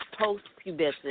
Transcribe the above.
post-pubescent